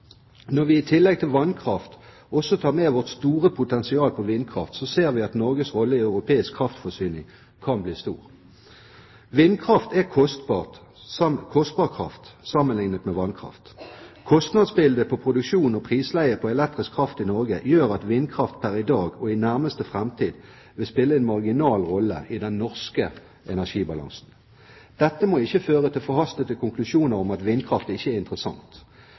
Når vi i tillegg til vannkraft også tar med vårt store potensial på vindkraft, ser vi at Norges rolle i europeisk kraftforsyning kan bli stor. Vindkraft er kostbar kraft sammenlignet med vannkraft. Kostnadsbildet på produksjon og prisleiet på elektrisk kraft i Norge gjør at vindkraft pr. i dag og i nærmeste framtid vil spille en marginal rolle i den norske energibalansen. Dette må ikke føre til forhastede konklusjoner om at vindkraft ikke er interessant.